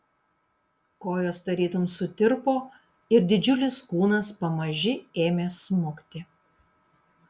kojos tarytum sutirpo ir didžiulis kūnas pamaži ėmė smukti